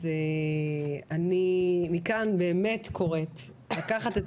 אז אני מכאן באמת קוראת לקחת את